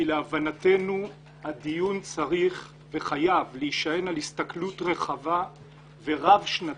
כי להבנתנו הדיון צריך וחייב להישען על הסתכלות רחבה ורב-שנתית